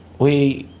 we,